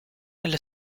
nello